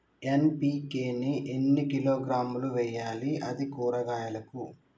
NPK ని ఎన్ని కిలోగ్రాములు వెయ్యాలి? అది కూరగాయలకు?